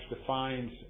defines